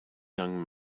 young